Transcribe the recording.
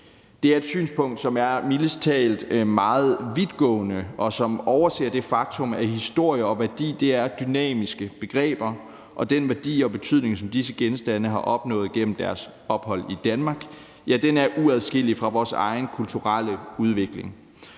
Det er et synspunkt, som mildest talt er meget vidtgående, og som overser det faktum, at historie og værdi er dynamiske begreber, og den værdi og betydning, som disse genstande har opnået igennem deres ophold i Danmark, er uadskillelig fra vores egen kulturelle udvikling.